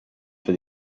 for